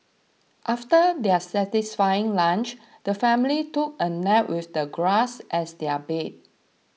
after their satisfying lunch the family took a nap with the grass as their bed